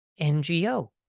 NGO